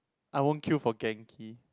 I won't queue for genki